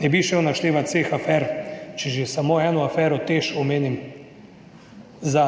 Ne bi šel naštevati vseh afer, če že samo eno afero TEŠ omenim, za